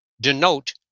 denote